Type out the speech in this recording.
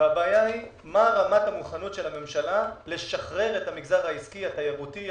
הבעיה היא מה רמת המוכנות של הממשלה לשחרר את המגזר העסקי התיירותי,